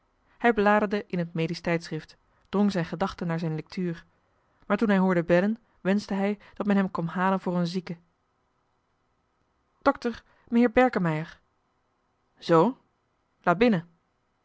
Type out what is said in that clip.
hij bladerde in het medisch tijdschrift drong zijn gedachten naar zijn lectuur maar toen hij hoorde bellen wenschte hij dat men hem kwam halen voor een zieke dokter meheer berkemeier zoo laat binnen